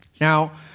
Now